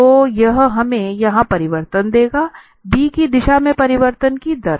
तो यह हमें यहां परिवर्तन देगा b की दिशा में परिवर्तन की दर